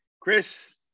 chris